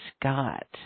Scott